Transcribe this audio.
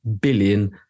billion